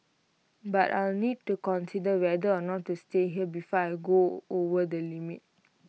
but I'll need to consider whether or not to stay here before I go over the limit